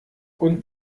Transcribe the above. und